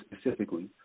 specifically